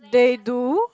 they do